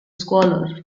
scholar